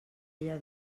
ella